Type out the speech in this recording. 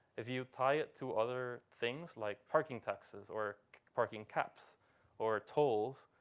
if you tie it to other things like parking taxes or parking caps or tolls,